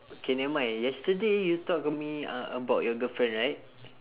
okay never mind yesterday you talk to me ah about your girlfriend right